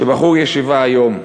שבחור ישיבה היום,